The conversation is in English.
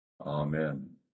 Amen